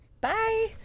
Bye